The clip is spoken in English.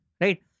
Right